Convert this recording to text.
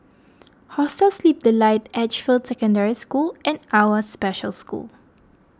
Hostel Sleep Delight Edgefield Secondary School and Awwa Special School